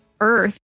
earth